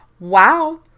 Wow